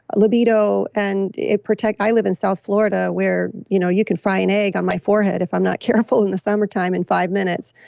libido, and it protect. i live in south florida where you know you can fry an egg on my forehead if i'm not careful in the summertime in five minutes.